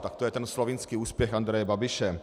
Tak to je ten slovinský úspěch Andreje Babiše.